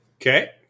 Okay